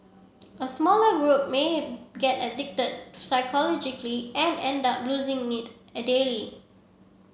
a smaller group may get addicted psychologically and end up using it a daily